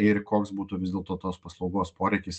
ir koks būtų vis dėlto tos paslaugos poreikis